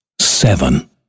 Seven